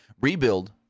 rebuild